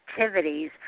Activities